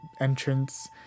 entrance